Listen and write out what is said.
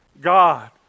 God